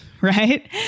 right